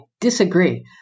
Disagree